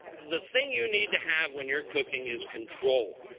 the thing you need to have when you're cooking is control.